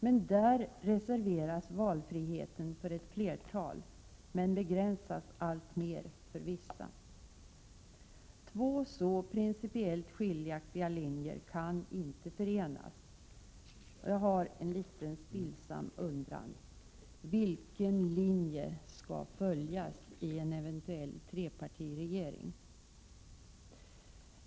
Men där reserveras valfriheten för somliga, samtidigt som den begränsas alltmer för vissa andra. Två så principiellt skiljaktiga linjer kan inte förenas. Jag har en liten stillsam undran: Vilken linje skall följas i en eventuell trepartiregering?